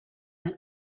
that